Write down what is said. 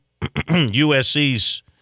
USC's